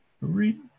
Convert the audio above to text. Read